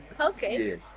Okay